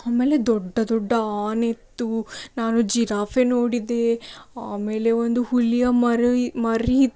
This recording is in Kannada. ಆಮೇಲೆ ದೊಡ್ಡ ದೊಡ್ಡ ಆನೆ ಇತ್ತು ನಾನು ಜಿರಾಫೆ ನೋಡಿದೆ ಆಮೇಲೆ ಒಂದು ಹುಲಿಯ ಮರಿ ಮರಿ